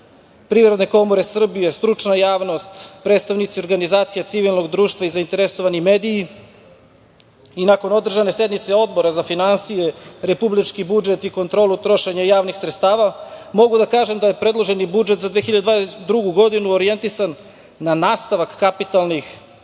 Privredne komore, stručna javnost, predstavnici Organizacije civilnog društva i zainteresovani mediji. Nakon održane sednice Odbora za finansije, republički budžet i kontrolu trošenja javnih sredstava, mogu da kažem da je predloženi budžet za 2022. godinu orijentisan na nastavak kapitalnih ulaganja